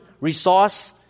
resource